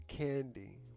Candy